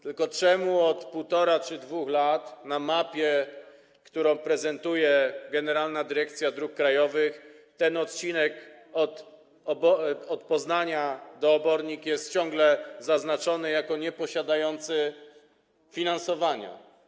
Tylko czemu od 1,5 roku czy 2 lat na mapie, którą prezentuje generalna dyrekcja dróg krajowych, ten odcinek od Poznania do Obornik jest ciągle zaznaczony jako nieposiadający finansowania?